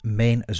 mijn